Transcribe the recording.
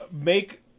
Make